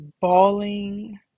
bawling